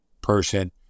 person